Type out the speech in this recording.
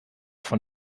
von